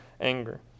anger